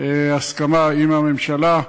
הסכמה עם הממשלה,